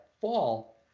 fall